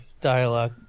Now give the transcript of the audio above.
dialogue